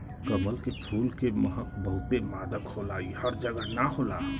कमल के फूल के महक बहुते मादक होला इ हर जगह ना होला